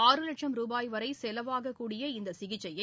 ஆறு லட்சம் ரூபாய் வரைசெலவாகக்கூடிய இந்தசிகிச்சையை